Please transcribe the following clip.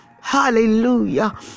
Hallelujah